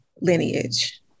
lineage